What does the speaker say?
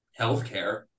healthcare